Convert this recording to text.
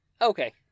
Okay